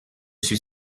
suis